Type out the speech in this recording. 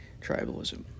tribalism